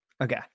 Okay